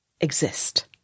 exist